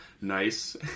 nice